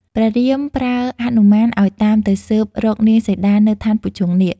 ព្រះរាមប្រើហនុមាន ឱ្យតាមទៅស៊ើបរកនាងសីតានៅឋានភុជុង្គនាគ។